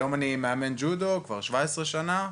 היום אני מאמן ג'ודו כבר כ-17 שנים,